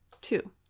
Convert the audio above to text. two